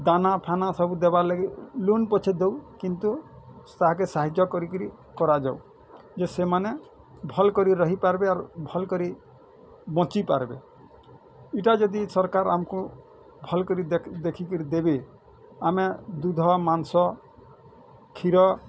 ଦାନାଫାନା ସବୁ ଦେବାର୍ ଲାଗି ଲୋନ୍ ପଛେ ଦଉ କିନ୍ତୁ ତାହାକେ ସାହାଯ୍ୟ କରିକିରି କରାଯାଉ ଯେ ସେମାନେ ଭଲ୍କିରି ରହିପାରବେ ଆର୍ ଭଲ୍କିରି ବଞ୍ଚିପାରବେ ଇଟା ଯଦି ସରକାର ଆମକୁ ଭଲ୍ କିରି ଦେଖି ଦେଖିକିରି ଦେବେ ଆମେ ଦୁଧ ମାଂସ କ୍ଷୀର